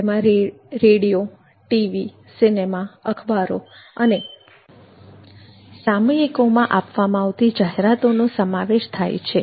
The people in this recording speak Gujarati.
તેમાં ટીવી રેડીયો સીનેમા અખબારો અને સામયિકોમાં આપવામાં આવતી જાહેરાતોનો સમાવેશ થાય છે